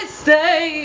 stay